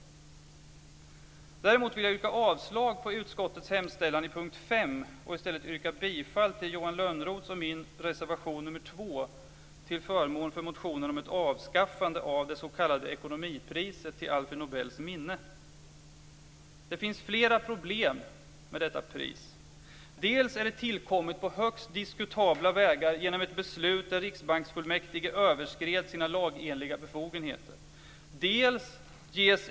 Däremot vill jag yrka avslag på utskottets hemställan i punkt 5 och i stället yrka bifall till Johan Lönnroths och min reservation nr 2, till förmån för motionen om ett avskaffande av det s.k. ekonomipriset till Alfred Nobels minne. Det finns flera problem med detta pris. Det har tillkommit på högst diskutabla vägar genom ett beslut där Riksbanksfullmäktige överskred sina lagenliga befogenheter.